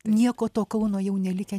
nieko to kauno jau nelikę